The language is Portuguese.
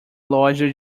loja